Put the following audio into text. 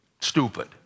stupid